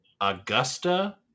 Augusta